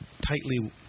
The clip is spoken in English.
tightly